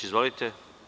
Izvolite.